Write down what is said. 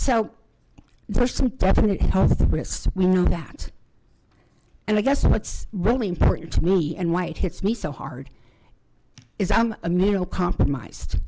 so there are some definite health risks we know that and i guess what's really important to me and white hits me so hard is i'm a middle compromised